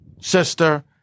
sister